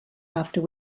after